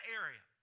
area